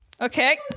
Okay